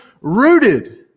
rooted